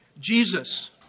Jesus